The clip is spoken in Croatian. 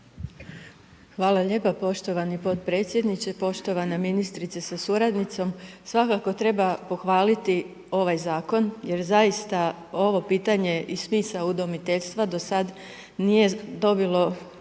Hvala lijepa poštovani potpredsjedniče. Poštovana ministrice sa suradnicom. Svakako treba pohvaliti ovaj Zakon jer zaista ovo pitanje i smisao udomiteljstva do sad nije dobilo